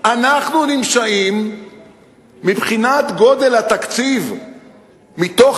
אנחנו נמצאים מבחינת גודל התקציב מתוך